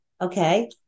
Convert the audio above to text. Okay